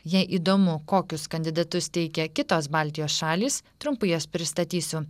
jei įdomu kokius kandidatus teikia kitos baltijos šalys trumpai juos pristatysiu